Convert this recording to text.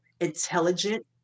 intelligent